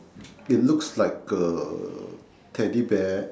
it looks like a teddy bear